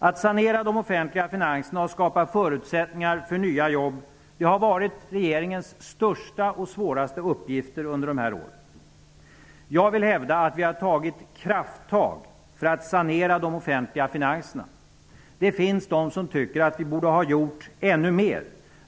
Att sanera de offentliga finanserna och skapa förutsättningar för nya jobb har varit regeringens största och svåraste uppgifterna under de här åren. Jag vill hävda att vi har tagit krafttag för att sanera de offentliga finanserna. Det finns de som tycker att vi borde ha gjort ännu mer.